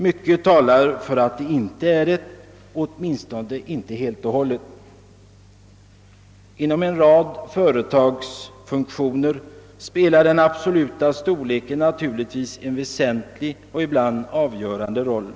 Mycket talar för att de inte är det, åtminstone inte helt och hållet. Inom en rad företagsfunktioner spelar den absoluta storleken naturligtvis en väsentlig och ibland avgörande roll.